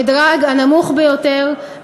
המדרג הנמוך ביותר,